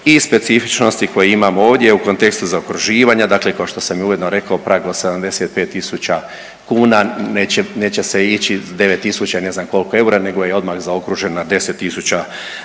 i specifičnosti koje imamo ovdje u kontekstu zaokruživanja, dakle kao što sam i ujedno rekao prag od 75000 kuna neće se ići sa 9000 i ne znam koliko eura, nego je odmah zaokruženo na 10000 eura.